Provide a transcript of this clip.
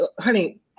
honey